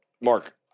Mark